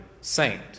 saint